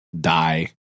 die